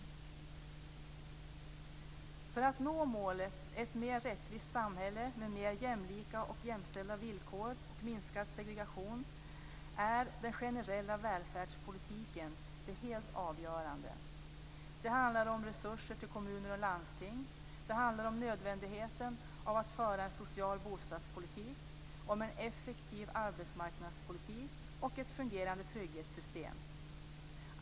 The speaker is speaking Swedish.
För möjligheterna att uppnå målet ett mer rättvist samhälle, med mer jämlika och jämställda villkor och minskad segregation, är den generella välfärdspolitiken helt avgörande. Det handlar om resurser till kommuner och landsting. Det handlar om nödvändigheten av att föra en social bostadspolitik, om en effektiv arbetsmarknadspolitik och om ett fungerande trygghetssystem.